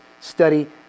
study